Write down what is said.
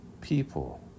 people